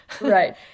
Right